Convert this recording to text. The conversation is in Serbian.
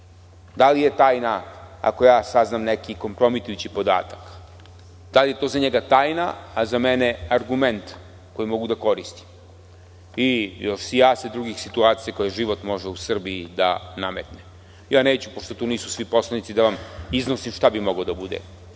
Da li je tajna ako ja saznam neki kompromitujući podatak? Da li je to za njega tajna, a za mene argument koji mogu da koristim? Ima tu još sijaset drugih situacija koje život može u Srbiji da nametne. Neću, pošto tu nisu svi poslanici, da iznosim šta bi moglo da bude